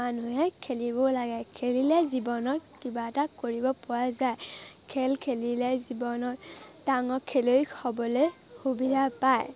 মানুহে খেলিবও লাগে খেলিলে জীৱনত কিবা এটা কৰিব পোৱা যায় খেল খেলিলে জীৱনত ডাঙৰ খেলুৱৈ হ'বলৈ সুবিধা পায়